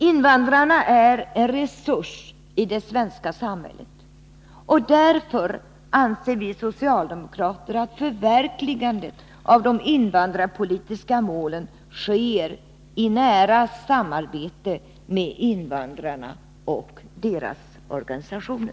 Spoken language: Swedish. Invandrarna är en resurs i det svenska samhället. Därför anser vi socialdemokrater att förverkligandet av de invandrarpolitiska målen bör ske i nära samarbete med invandrarna och deras organisationer.